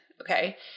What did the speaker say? Okay